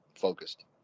focused